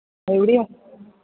എവിടെയാ